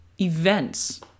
events